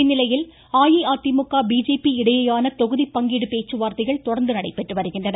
இந்நிலையில் அஇஅதிமுக பிஜேபி இடையேயான தொகுதி பங்கீடு பேச்சுவார்த்தைகள் தொடர்ந்து நடைபெற்று வருகின்றன